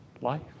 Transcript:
life